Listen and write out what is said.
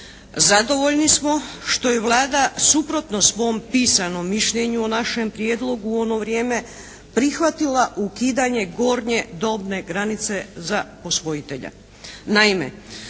Zadovoljni smo što je Vlada suprotno svom pisanom mišljenju o našem prijedlogu u ono vrijeme, prihvatila ukidanje gornje dobne granice za posvojitelja.